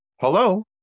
hello